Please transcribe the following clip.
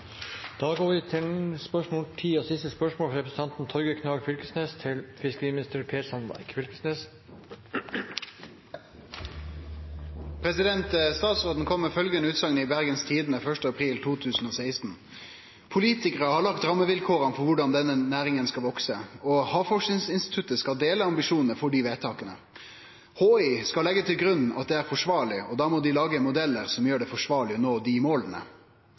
kom med følgende utsagn i Bergens Tidende 1. april 2016: 'Politikerne har lagt rammevilkårene for hvordan denne næringen skal vokse, og HI skal dele ambisjonene for de vedtakene.' 'HI skal legge til grunn at det er forsvarlig, og da må de lage modeller som gjør det forsvarlig å nå de målene.'